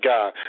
God